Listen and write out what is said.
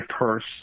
purse